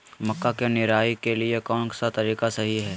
मक्का के निराई के लिए कौन सा तरीका सही है?